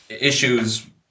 issues